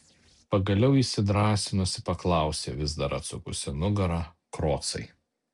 pagaliau įsidrąsinusi paklausė vis dar atsukusi nugarą krocai